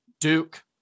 Duke